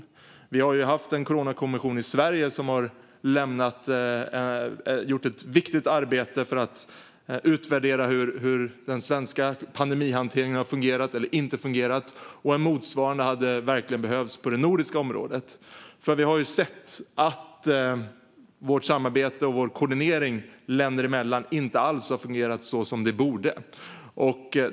Sverige har ju haft en coronakommission som har gjort ett viktigt arbete för att utvärdera hur den svenska pandemihanteringen har fungerat, eller inte fungerat, och en motsvarande hade verkligen behövts på det nordiska området. Vi har ju sett att vårt samarbete och koordineringen våra länder emellan inte alls har fungerat som de borde.